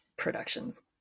productions